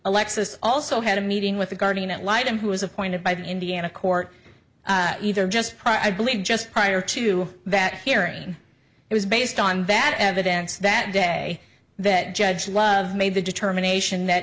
alexis also had a meeting with the guardian ad litem who was appointed by the indiana court either just i believe just prior to that hearing it was based on that evidence that day that judge love made the determination that